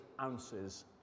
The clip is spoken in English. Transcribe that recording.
ounces